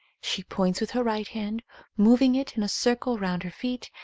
she points with her right hand moving it in a circle round her feet,